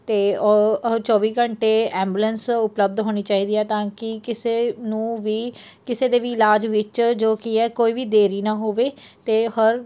ਅਤੇ ਓ ਉਹ ਚੌਵੀ ਘੰਟੇ ਐਬੂਲੈਂਸ ਉਪਲੱਬਧ ਹੋਣੀ ਚਾਹੀਦੀ ਹੈ ਤਾਂ ਕਿ ਕਿਸੇ ਨੂੰ ਵੀ ਕਿਸੇ ਦੇ ਵੀ ਇਲਾਜ ਵਿੱਚ ਜੋ ਕੀ ਹੈ ਕੋਈ ਵੀ ਦੇਰੀ ਨਾ ਹੋਵੇ ਅਤੇ ਹਰ